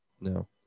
No